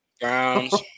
Browns